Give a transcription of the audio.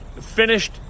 finished